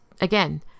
Again